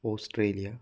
Australia